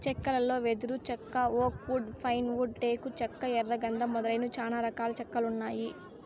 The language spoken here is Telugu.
చెక్కలలో వెదురు చెక్క, ఓక్ వుడ్, పైన్ వుడ్, టేకు చెక్క, ఎర్ర గందం మొదలైనవి చానా రకాల చెక్కలు ఉన్నాయి